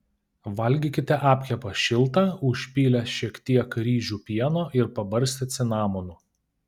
valgykite apkepą šiltą užpylę šiek tiek ryžių pieno ir pabarstę cinamonu